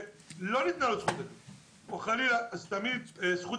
שלא ניתנה לה הזכות או חלילה לא ניתנה לו זכות